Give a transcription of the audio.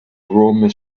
roman